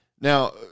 Now